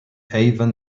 avon